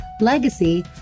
legacy